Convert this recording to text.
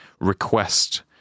request